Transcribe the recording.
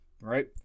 right